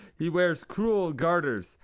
he wears cruel garters.